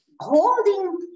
holding